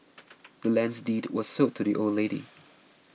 the land's deed was sold to the old lady